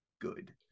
good